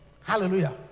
Hallelujah